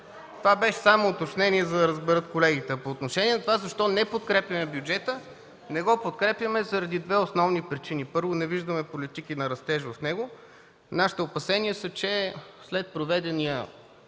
Това беше само уточнение, за да разберат колегите. По отношение на това: защо не подкрепяме бюджета? Не го подкрепяме заради две основни причини. Първо, не виждаме политики на растеж в него. Нашите опасения са, че след проведената